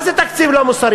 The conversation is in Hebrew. מה זה תקציב לא מוסרי?